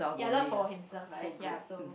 ya love for himself right ya so